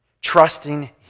trusting